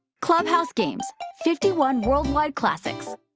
clubhouse games fifty one worldwide classics.